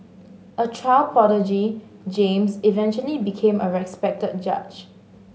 a child prodigy James eventually became a respected judge